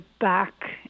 back